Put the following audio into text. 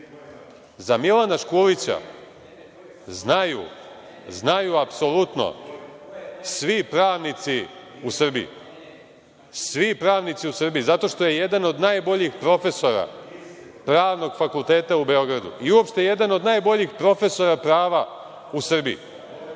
Za Milana Škulića znaju apsolutno svi pravnici u Srbiji. Svi pravnici u Srbiji, zato što je jedan od najboljih profesora Pravnog fakulteta u Beogradu i uopšte jedan od najboljih profesora prava u Srbiji,